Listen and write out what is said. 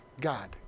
God